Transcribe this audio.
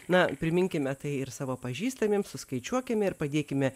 na priminkime tai ir savo pažįstamiems suskaičiuokime ir padėkime